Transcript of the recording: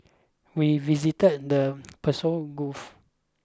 we visited the Persian goof